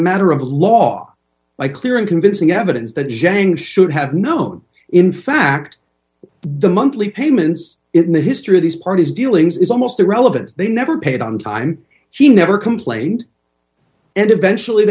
a matter of law by clear and convincing evidence that jane should have known in fact the monthly payments in the history of these parties dealings is almost irrelevant they never paid on time she never complained and eventually